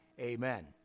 Amen